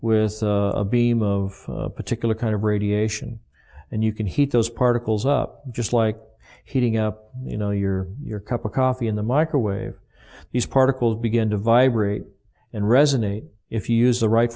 with a beam of a particular kind of radiation and you can heat those particles up just like heating up you know your your cup of coffee in the microwave these particles begin to vibrate and resonate if you use the right